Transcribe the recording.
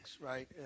right